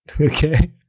Okay